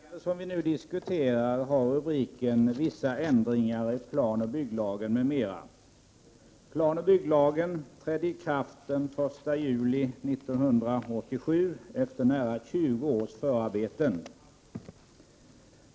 Herr talman! Det betänkande som vi nu diskuterar har rubriken Vissa ändringar i planoch bygglagen m.m. Planoch bygglagen trädde i kraft den 1 juli 1987 efter nära 20 års förarbeten.